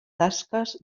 tasques